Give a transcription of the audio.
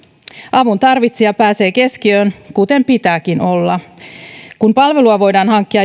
avun tarvitsija pääsee keskiöön kuten pitääkin olla kun palvelua voidaan hankkia